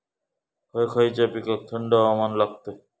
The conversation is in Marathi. खय खयच्या पिकांका थंड हवामान लागतं?